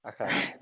okay